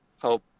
help